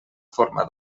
forma